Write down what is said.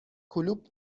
کلوپ